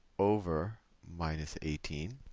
over minus eighteen.